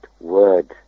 word